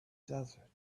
desert